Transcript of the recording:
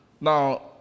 Now